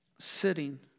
Sitting